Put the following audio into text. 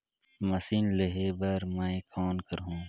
Machine लेहे बर मै कौन करहूं?